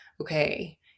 okay